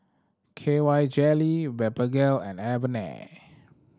K Y Jelly Blephagel and Avene